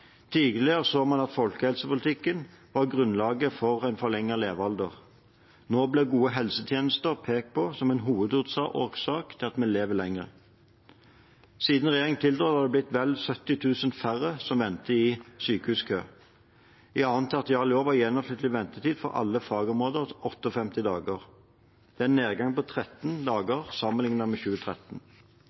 Tidligere så man at folkehelsepolitikken var grunnlaget for en forlenget levealder. Nå blir gode helsetjenester pekt på som en hovedårsak til at vi lever lenger. Siden regjeringen tiltrådte, har det blitt vel 70 000 færre som venter i sykehuskø. I 2. tertial i år var gjennomsnittlig ventetid for alle fagområder 58 dager. Dette er en nedgang på 13 dager sammenliknet med i 2013.